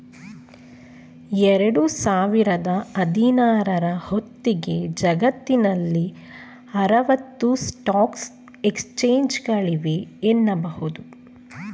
ಎರಡು ಸಾವಿರದ ಹದಿನಾರ ರ ಹೊತ್ತಿಗೆ ಜಗತ್ತಿನಲ್ಲಿ ಆರವತ್ತು ಸ್ಟಾಕ್ ಎಕ್ಸ್ಚೇಂಜ್ಗಳಿವೆ ಎನ್ನುಬಹುದು